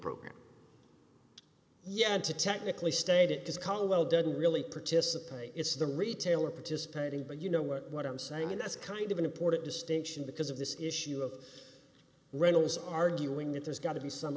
program yeah to technically state it does call well doesn't really participate it's the retailer participating but you know what i'm saying and that's kind of an important distinction because of this issue of rentals arguing that there's got to be some